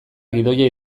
gidoia